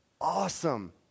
awesome